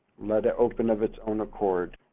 let it open of its own accord.